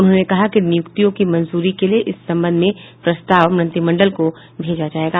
उन्होंने कहा कि नियुक्तियों की मंजूरी के लिये इस संबंध में प्रस्ताव मंत्रिमंडल को भेजा जायेगा